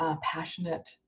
passionate